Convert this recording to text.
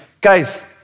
guys